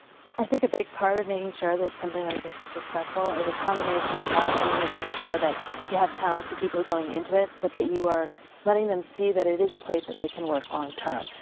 i think a big part of being sure that something like this is successful is a combination of not only making sure that you have talented people going into it but that you are letting them see that it is a place that they can work long term.